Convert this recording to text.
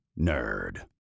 nerd